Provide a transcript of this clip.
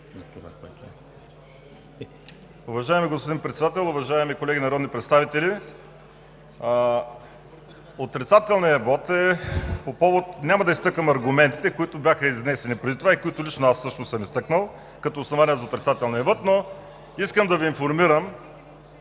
Уважаеми господин Председател, уважаеми колеги народни представители! Отрицателният вот е по повод – няма да изтъквам аргументите, които бяха изнесени преди това и които лично аз също съм изтъкнал като основание за отрицателния вот, но искам да Ви информирам,